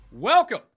Welcome